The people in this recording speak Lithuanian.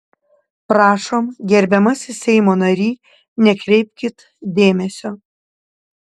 prašom gerbiamasis seimo nary nekreipkit dėmesio